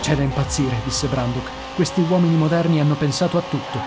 c'è da impazzire disse brandok questi uomini moderni hanno pensato a tutto